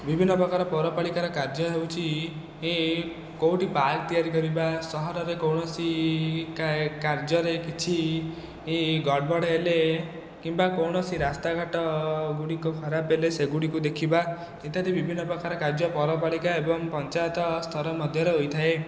ବିଭିନ୍ନ ପ୍ରକାର ପୌରପାଳିକାର କାର୍ଯ୍ୟ ହେଉଛି ଏ କେଉଁଠି ପାର୍କ ତିଆରି କରିବା ସହରରେ କୌଣସି କାର୍ଯ୍ୟରେ କିଛି ଗଡ଼ବଡ଼ ହେଲେ କିମ୍ବା କୌଣସି ରାସ୍ତା ଘାଟ ଗୁଡ଼ିକ ଖରାପ ହେଲେ ସେଗୁଡ଼ିକୁ ଦେଖିବା ଇତ୍ୟାଦି ବିଭିନ୍ନ ପ୍ରକାର କାର୍ଯ୍ୟ ପୌରପାଳିକା ଏବଂ ପଞ୍ଚାୟତ ସ୍ତର ମଧ୍ୟରେ ହୋଇଥାଏ